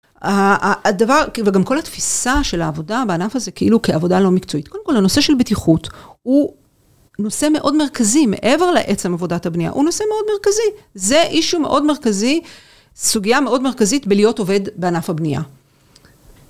הדבר, וגם כל התפיסה של העבודה בענף הזה כאילו כעבודה לא מקצועית. קודם כל, הנושא של בטיחות, הוא נושא מאוד מרכזי, מעבר לעצם עבודת הבנייה, הוא נושא מאוד מרכזי. זה אישו מאוד מרכזי, סוגיה מאוד מרכזית בלהיות עובד בענף הבנייה.